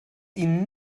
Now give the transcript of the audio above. ihnen